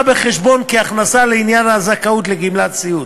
בחשבון כהכנסה לעניין הזכאות לגמלת סיעוד.